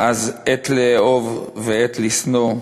אז עת לאהוב ועת לשנוא,